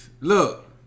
Look